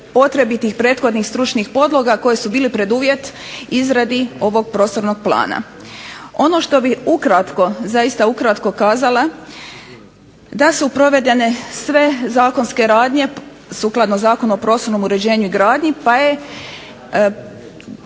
potrebitih prethodnih stručnih podloga koji su bili preduvjet izradi ovog prostornog plana. Ono što bih ukratko zaista ukratko kazala, da su provedene sve zakonske radnje sukladno Zakonu o prostornom uređenju i gradnji pa je 9.